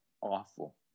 awful